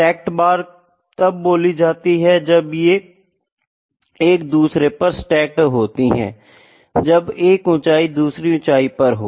stacked bar तब बोली जाती है जब ये एक दूसरे पर स्टैक्ड होती है जब एक ऊंचाई दूसरी ऊंचाई पर हो